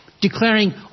declaring